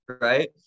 right